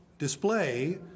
display